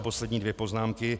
Poslední dvě poznámky.